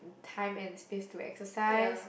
time and space to exercise